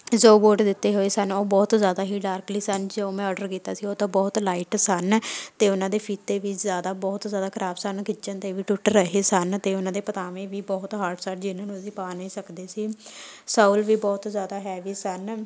ਜੋ ਬੋਟ ਦਿੱਤੇ ਹੋਏ ਸਨ ਉਹ ਬਹੁਤ ਜ਼ਿਆਦਾ ਹੀ ਡਾਰਕਲੀ ਸਨ ਜੋ ਮੈਂ ਔਡਰ ਕੀਤਾ ਸੀ ਉਹ ਤਾਂ ਬਹੁਤ ਲਾਈਟ ਸਨ ਅਤੇ ਉਹਨਾਂ ਦੇ ਫੀਤੇ ਵੀ ਜ਼ਿਆਦਾ ਬਹੁਤ ਜ਼ਿਆਦਾ ਖਰਾਬ ਸਨ ਖਿੱਚਣ 'ਤੇ ਵੀ ਟੁੱਟ ਰਹੇ ਸਨ ਅਤੇ ਉਹਨਾਂ ਦੇ ਪਤਾਮੇ ਵੀ ਬਹੁਤ ਹਾਡ ਸਨ ਜਿਹਨੂੰ ਅਸੀਂ ਪਾ ਨਹੀਂ ਸਕਦੇ ਸੀ ਸੋਊਲ ਵੀ ਬਹੁਤ ਜ਼ਿਆਦਾ ਹੈਵੀ ਸਨ